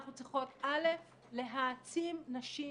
אנחנו צריכות א' להעצים נשים